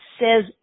says